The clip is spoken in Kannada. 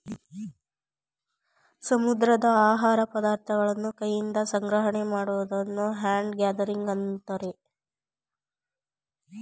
ಸಮುದ್ರದ ಆಹಾರ ಪದಾರ್ಥಗಳನ್ನು ಕೈಯಿಂದ ಸಂಗ್ರಹಣೆ ಮಾಡುವುದನ್ನು ಹ್ಯಾಂಡ್ ಗ್ಯಾದರಿಂಗ್ ಅಂತರೆ